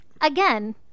Again